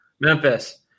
Memphis